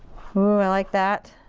oooo, i like that.